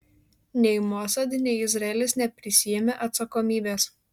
nei mossad nei izraelis neprisiėmė atsakomybės